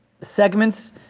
segments